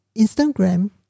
Instagram